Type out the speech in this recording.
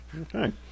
Okay